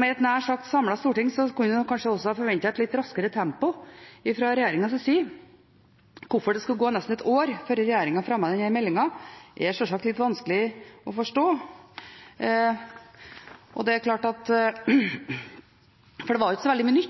Med et nær sagt samlet storting kunne en kanskje også ha forventet et litt raskere tempo fra regjeringens side. Hvorfor det skulle gå nesten et år før regjeringen fremmet denne meldingen, er sjølsagt litt vanskelig å forstå, for det var ikke så veldig mye